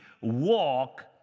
walk